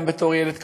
גם בתור ילד קטן,